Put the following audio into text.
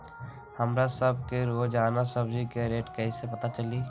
हमरा सब के रोजान सब्जी के रेट कईसे पता चली?